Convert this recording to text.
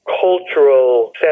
cultural